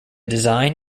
design